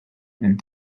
and